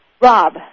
Rob